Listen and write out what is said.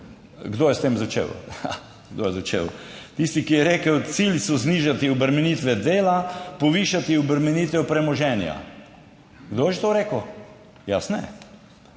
kdo je začel? Tisti, ki je rekel, cilji so znižati obremenitve dela, povišati obremenitev premoženja. Kdo je že to rekel? Jaz ne.